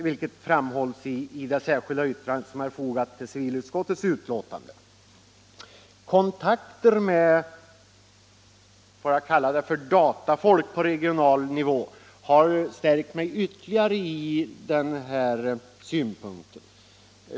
Detta framhålls också i det särskilda yttrandet från civilutskottets borgerliga ledamöter. Kontakter med vad jag kallar datafolk på regional nivå har styrkt mig ytterligare i den här uppfattningen.